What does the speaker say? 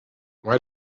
why